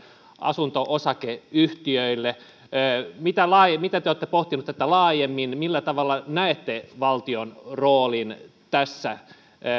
asunto osakeyhtiöille miten te olette pohtinut tätä laajemmin millä tavalla näette valtion roolin tässä